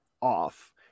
off